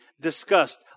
discussed